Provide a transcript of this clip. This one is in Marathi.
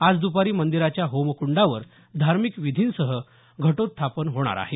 आज दुपारी मंदिराच्या होमकुंडावर धार्मिक विधींसह घटोत्थापन होणार आहे